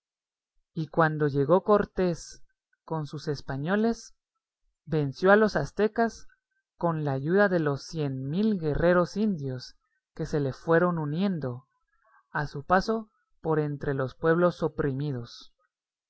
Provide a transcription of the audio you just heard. y cuando llegó cortés con sus españoles venció a los aztecas con la ayuda de los cien mil guerreros indios que se le fueron uniendo a su paso por entre los pueblos oprimidos las